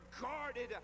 guarded